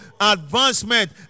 advancement